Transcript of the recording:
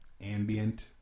ambient